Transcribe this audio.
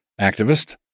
activist